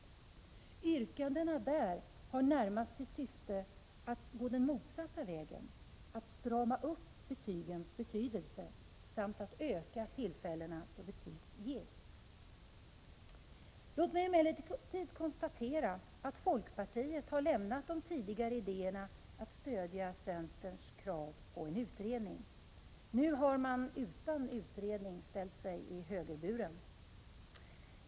De syftar i sina yrkanden närmast till att gå den motsatta vägen, att strama upp betygens betydelse och att öka tillfällena då betyg ges. Låt mig emellertid konstatera att folkpartiet har lämnat de tidigare idéerna om att stödja centerns krav på en utredning. Nu har folkpartiet utan utredning ställt sig i högerburen.